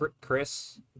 chris